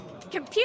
Computer